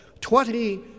Twenty